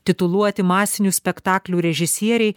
tituluoti masinių spektaklių režisieriai